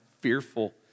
fearful